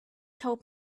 told